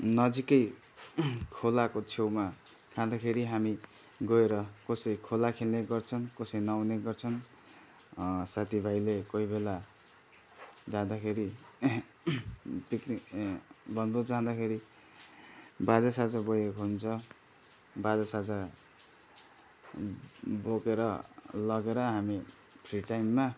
नजिकै खोलाको छेउमा खाँदाखेरि हामी गएर कसै खोला खेल्ने गर्छन् कसै नुहाउने गर्छन् साथीभाइले कोही बेला जाँदाखेरि पिकनिक बनभोज जाँदाखेरि बाजा साजा बोकेको हुन्छ बाजा साजा बोकेर लगेर हामी फ्री टाइममा